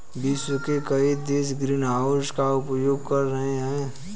विश्व के कई देश ग्रीनहाउस का उपयोग कर रहे हैं